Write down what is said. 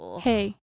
Hey